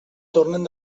tornen